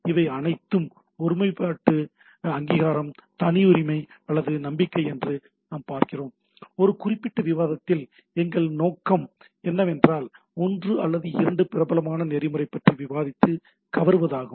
இவை அனைத்தும் ஒருமைப்பாடு அங்கீகாரம் தனியுரிமை அல்லது நம்பிக்கை என்று நாம் பார்க்கிறோம் இந்த குறிப்பிட்ட விவாதத்தில் எங்கள் நோக்கம் என்ன என்றால் ஒன்று அல்லது இரண்டு பிரபலமான நெறிமுறை பற்றி விவாதித்து கவருவதாகும்